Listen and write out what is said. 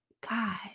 God